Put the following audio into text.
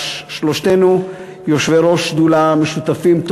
שלושתנו יושבי-ראש שדולה משותפים,